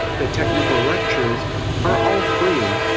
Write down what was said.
the technical lectures are all free.